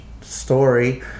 story